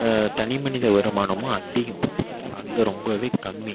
இப்போ தனிமனித வருமானமும் அதிகம் அங்கே ரொம்பவே கம்மி